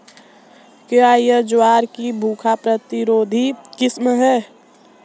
क्या यह ज्वार की सूखा प्रतिरोधी किस्म है?